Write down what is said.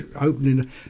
opening